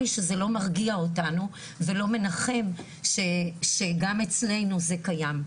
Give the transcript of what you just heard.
שזה לא מרגיע אותנו ולא מנחם שגם אצלינו זה קיים,